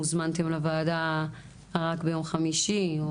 הוזמנתם לוועדה רק ביום חמישי,